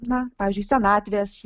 na pavyzdžiui senatvės